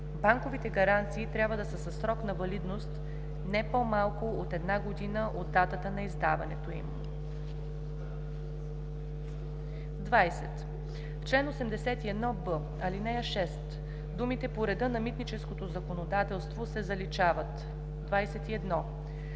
Банковите гаранции трябва да са със срок на валидност не по-малко от 1 година от датата на издаването им.“ 20. В чл. 81б, ал. 6 думите „по реда на митническото законодателство“ се заличават. 21.